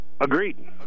Agreed